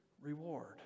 reward